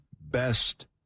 best